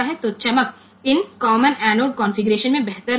तो चमक इस कॉमन एनोड कॉन्फ़िगरेशन में बेहतर होगी